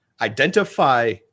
identify